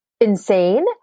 insane